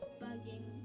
bugging